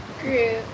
group